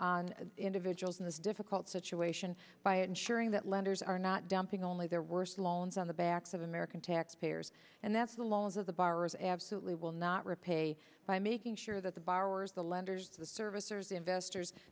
on individuals in this difficult situation by ensuring that lenders are not dumping only their worst loans on the backs of american taxpayers and that's the laws of the borrowers absolutely will not repay by making sure that the borrowers the lenders the servicers the investors